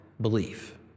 belief